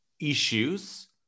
issues